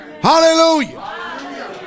Hallelujah